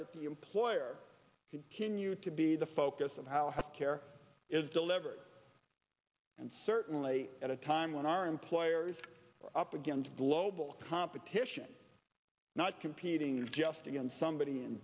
that the employer continue to be the focus of how health care is delivered and certainly at a time when our employers are up against global competition not competing just against somebody in